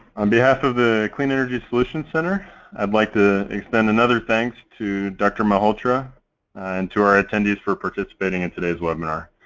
on behalf of the clean energy solutions center i'd like to extend another thanks to dr. malhotra and to our attendees for participating in today's webinar.